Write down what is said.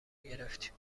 گرفتیم